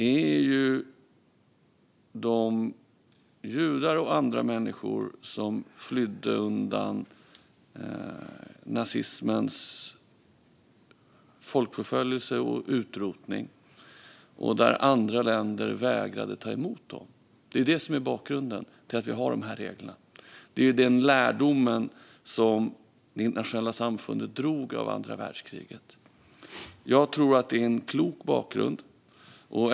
Det är de judar och andra människor som flydde undan nazismens folkförföljelse och utrotning där andra länder vägrade att ta emot dem. Det är bakgrunden till att vi har de här reglerna. Det är den lärdom som det internationella samfundet drog av andra världskriget. Jag tror att det är en klok bakgrund.